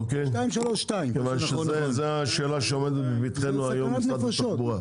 כי זאת השאלה שעומדת לפתחינו היום עם משרד התחבורה.